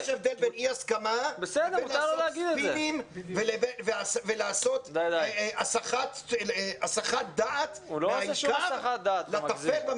יש הבדל בין אי-הסכמה לבין לעשות ספינים והסחת דעת מהעיקר לטפל,